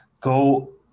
go